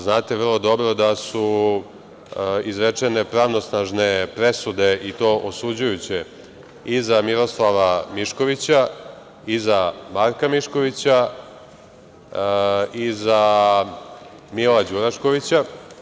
Znate, vrlo dobro da su izrečene pravosnažne presude i to osuđujuće i za Miroslava Miškovića, i za Marka Miškovića, i za Mila Đuraškovića.